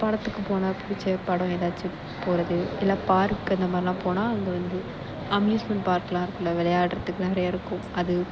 படத்துக்கு போன பிடிச்ச படம் ஏதாச்சும் போவது இல்லை பார்க் அந்தமாதிரிலாம் போனால் அங்கே வந்து அம்யூஸ்மெண்ட் பார்கெலாம் இருக்கில்ல விளையாட்றத்துக்கு நிறையா இருக்கும் அது